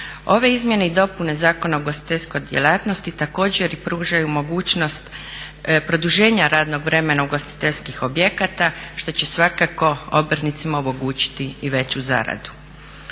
Ove izmjene i dopune Zakona o ugostiteljskoj djelatnosti također pružaju mogućnost produženja radnog vremena ugostiteljskih objekata što će svakako obrtnicima omogućiti i veću zaradu.